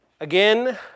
Again